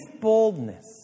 boldness